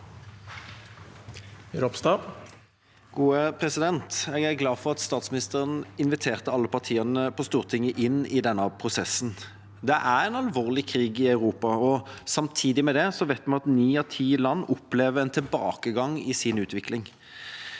Ropstad (KrF) Jeg er glad for at statsministeren inviterte alle partiene på Stortinget inn i denne prosessen. Det er en alvorlig krig i Europa. Samtidig vet vi at ni av ti land opplever tilbakegang i sin utvikling.